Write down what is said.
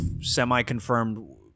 semi-confirmed